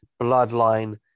bloodline